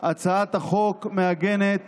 הצעת החוק מעגנת